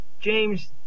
James